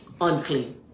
unclean